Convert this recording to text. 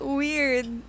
weird